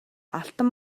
алтан